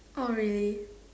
oh really